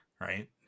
Right